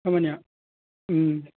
खामानिया